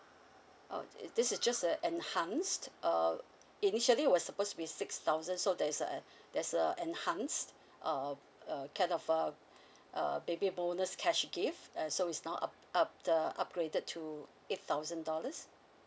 uh this is just a enhanced um initially was suppose to be six thousand so there's a there's a enhanced err err kind of err a baby bonus catch gift so it's now up the upgraded to eight thousand dollars